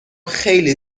خیلی